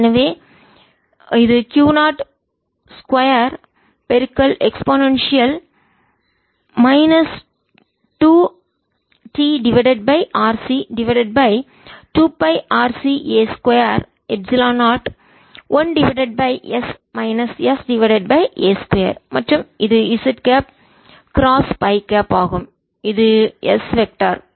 எனவே இது Q 0 2 e 2t RC divided by 2 பைRC a 2 epsilon 0 1 divided by s minus s divided by a 2 மற்றும் இது z cap cross by cap ஆகும் இது S வெக்டர் திசையன்